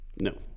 no